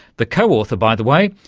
the co-author, by the way,